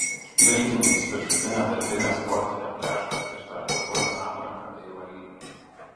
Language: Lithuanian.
vilkintys viršutinę darbinę sportinę pliažui skirtą arba purviną aprangą bei avalynę